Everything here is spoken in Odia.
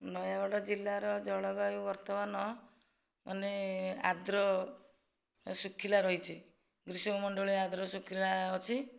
ନୟାଗଡ଼ ଜିଲ୍ଲାର ଜଳବାୟୁ ବର୍ତ୍ତମାନ ମାନେ ଆଦ୍ର ଶୁଖିଲା ରହିଛି ଗ୍ରୀଷ୍ମ ମଣ୍ଡଳ ଆଦ୍ର ଶୁଖିଲା ଅଛି